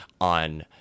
on